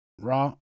raw